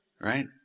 right